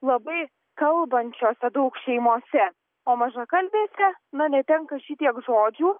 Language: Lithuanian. labai kalbančiose daug šeimose o mažakalbėse na netenka šitiek žodžių